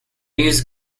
use